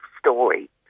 story